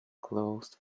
closed